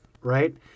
right